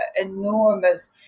enormous